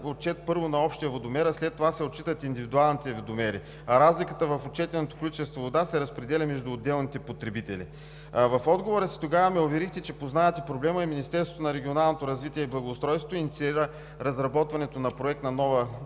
отчет – първо, на общия водомер, а след това се отчитат индивидуалните водомери, а разликата в отчетеното количество вода се разпределя между отделните потребители. В отговора си тогава ме уверихте, че познавате проблема и Министерството на регионалното развитие и благоустройството инициира разработването на проект на нова